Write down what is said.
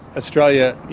australia,